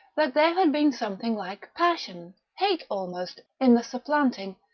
that there had been something like passion, hate almost, in the supplanting,